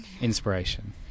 Inspiration